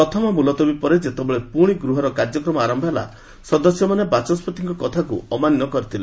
ପ୍ରଥମ ମୁଲତବୀ ପରେ ଯେତେବେଳେ ପୁଣି ଗୃହର କାର୍ଯ୍ୟକ୍ରମ ଆରମ୍ଭ ହେଲା ସଦସ୍ୟମାନେ ବାଚସ୍କତିଙ୍କ କଥାକୁ ଅମାନ୍ୟ କରିଥିଲେ